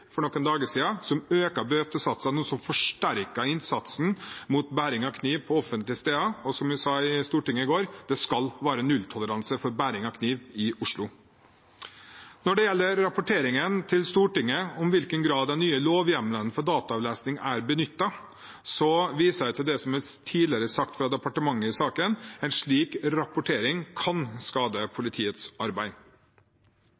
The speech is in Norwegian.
som øker bøtesatsene, og som forsterker innsatsen mot bæring av kniv på offentlige steder. Som jeg sa i Stortinget i går: Det skal være nulltoleranse for bæring av kniv i Oslo. Når det gjelder rapporteringen til Stortinget om i hvilken grad den nye lovhjemmelen for dataavlesning er benyttet, viser jeg til det som tidligere er sagt fra departementet i saken, at en slik rapportering kan skade